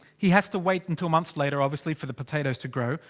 he has to wait until months later obviously for the potatoes to grow.